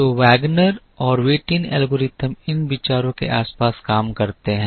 तो वैगनर और Whitin algorithm इन विचारों के आसपास काम करते हैं